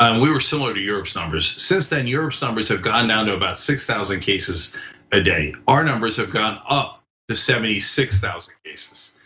um we were similar to europe's numbers. since then, europe's numbers have gone down to about six thousand cases a day. our numbers have gone up to seventy six thousand cases.